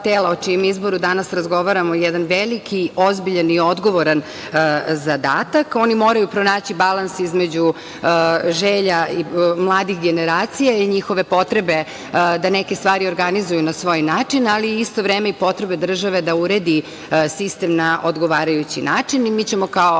tela, o čijem izboru danas razgovaramo, jedan veliki, ozbiljan i odgovoran zadatak. Oni moraju pronaći balans između želja mladih generacija i njihove potrebe da neke stvari organizuju na svoj način, ali u isto vreme i potrebe države da uredi sistem na odgovarajući način. Kao